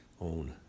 own